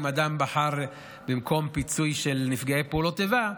אם אדם בחר במקום פיצוי של נפגעי פעולות איבה,